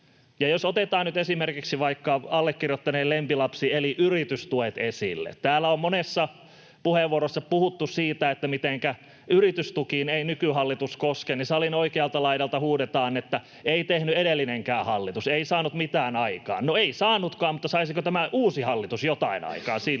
Jos otetaan nyt esimerkiksi vaikka allekirjoittaneen lempilapsi eli yritystuet esille: kun täällä on monessa puheenvuorossa puhuttu siitä, mitenkä yritystukiin ei nykyhallitus koske, niin salin oikealta laidalta huudetaan, että ei tehnyt edellinenkään hallitus, ei saanut mitään aikaan. No, ei saanutkaan, mutta saisiko tämä uusi hallitus jotain aikaan siinä